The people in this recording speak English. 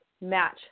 match